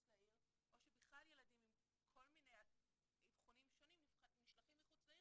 לעיר או שבכלל ילדים עם כל מיני אבחונים שונים נשלחים מחוץ לעיר